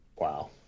wow